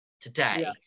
today